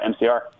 MCR